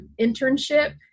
internship